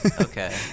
Okay